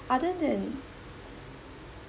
other than